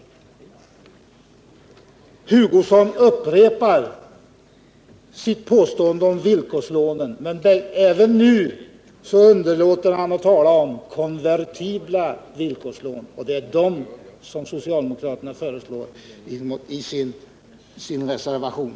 Kurt Hugosson upprepar sitt påstående om villkorslånen. Men även denna gång underlåter han att tala om konvertibla villkorslån, och det är sådana som socialdemokraterna föreslår i sin reservation.